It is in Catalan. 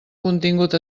contingut